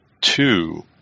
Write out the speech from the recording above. two